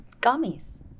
gummies